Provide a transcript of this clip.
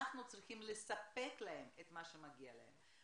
אנחנו צריכים לספק להם את מה שמגיע להם,